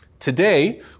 Today